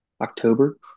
October